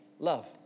Love